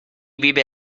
vive